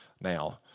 now